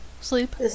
sleep